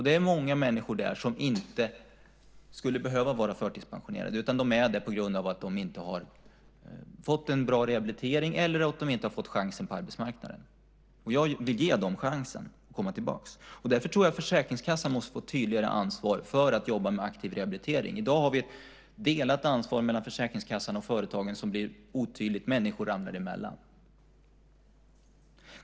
Det är många människor som inte skulle behöva vara förtidspensionerade, då de är det på grund av att de inte har fått en bra rehabilitering eller inte har fått chansen på arbetsmarknaden. Jag vill ge dem chansen att komma tillbaka. Därför tror jag att Försäkringskassan måste få ett tydligare ansvar för att jobba med aktiv rehabilitering. I dag har vi ett delat ansvar mellan Försäkringskassan och företagen som blir otydligt - människor ramlar emellan.